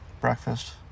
breakfast